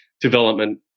development